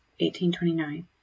1829